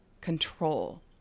control